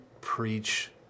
preach